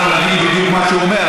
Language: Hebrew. ואז אנחנו נבין בדיוק מה שהוא אומר.